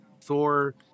Thor